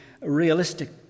realistic